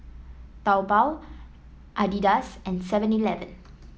Taobao Adidas and Seven Eleven